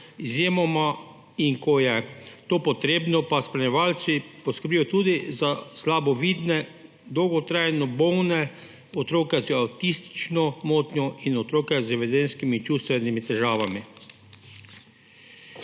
izjemoma in ko je to potrebno, pa spremljevalci poskrbijo tudi za slabovidne, dolgotrajno bolne otroke, otroke z avtistično motnjo in otroke z vedenjskimi in čustvenimi težavami.